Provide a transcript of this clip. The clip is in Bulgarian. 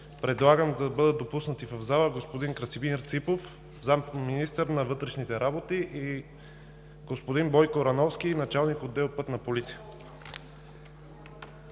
предлагам да бъдат допуснати в залата господин Красимир Ципов – заместник-министър на Вътрешните работи, и господин Бойко Рановски – началник-отдел „Пътна полиция“.